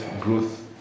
growth